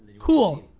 cool,